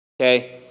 Okay